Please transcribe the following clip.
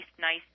nice